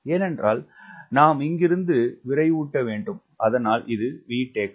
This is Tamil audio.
ஏனென்றால் நாம் இங்கிருந்து விரைவுட்ட வேண்டும் அதனால் VTO